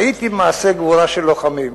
וראיתי מעשי גבורה של לוחמים.